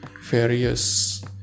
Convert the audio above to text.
various